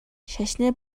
шашны